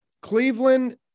cleveland